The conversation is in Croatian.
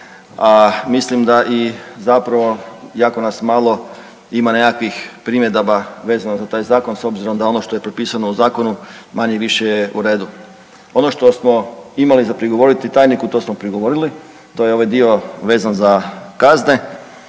a mislim da i zapravo jako nas malo ima nekakvih primjedaba vezano za taj zakon s obzirom da ono što je propisano u zakonu manje-više je u redu. Ono što smo imali za prigovoriti tajniku to smo prigovorili, to je ovaj dio vezan za kazne,